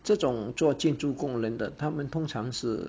这种做建筑工人的他们通常是